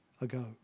ago